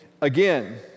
again